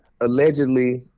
allegedly